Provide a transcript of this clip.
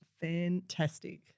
Fantastic